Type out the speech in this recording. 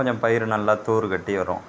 கொஞ்சம் பயிர் நல்லா தூறு கட்டி வரும்